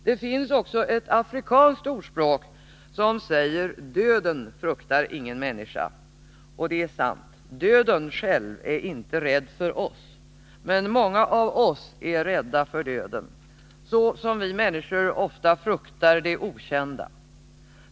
Det finns ett afrikanskt ordspråk som säger: Döden fruktar ingen människa. Och det är sant, döden är inte rädd för oss. Men många av oss är rädda för döden, så som vi människor ofta fruktar det okända.